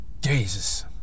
Jesus